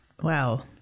Wow